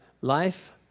life